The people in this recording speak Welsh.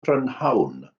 prynhawn